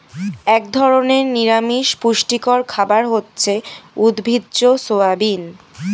এক ধরনের নিরামিষ পুষ্টিকর খাবার হচ্ছে উদ্ভিজ্জ সয়াবিন